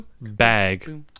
bag